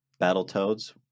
Battletoads